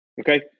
Okay